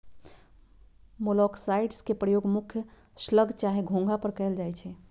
मोलॉक्साइड्स के प्रयोग मुख्य स्लग चाहे घोंघा पर कएल जाइ छइ